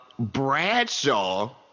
Bradshaw